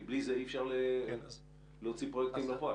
כי בלי זה אי אפשר להוציא פרויקטים לפועל.